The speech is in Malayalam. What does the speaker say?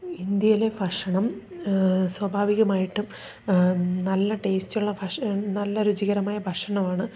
ഇന്ത്യയിലെ ഭക്ഷണം സ്വാഭാവികമായിട്ടും നല്ല ടേസ്റ്റുള്ള ഭക്ഷണം നല്ല രുചികരമായ ഭക്ഷണമാണ്